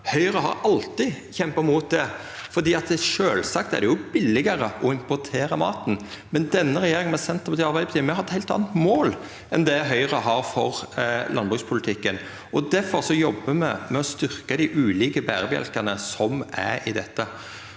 Høgre har alltid kjempa mot det, for sjølvsagt er det billigare å importera maten, men denne regjeringa, med Senterpartiet og Arbeidarpartiet, har eit heilt anna mål enn det Høgre har for landbrukspolitikken. Difor jobbar me med å styrkja dei ulike berebjelkane som er i dette.